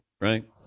right